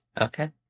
Okay